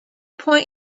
point